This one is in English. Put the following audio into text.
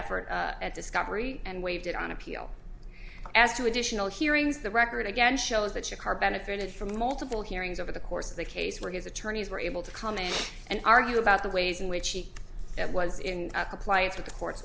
effort at discovery and waived it on appeal as two additional hearings the record again shows that your car benefited from multiple hearings over the course of the case where his attorneys were able to come in and argue about the ways in which he was in apply for the court